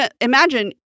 Imagine